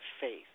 faith